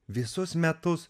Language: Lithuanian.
visus metus